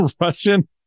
Russian